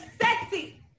sexy